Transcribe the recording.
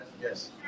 Yes